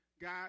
God